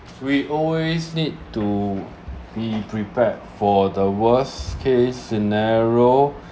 we always need to be prepared for the worst case scenario